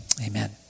Amen